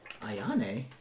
Ayane